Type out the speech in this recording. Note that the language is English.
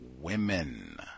women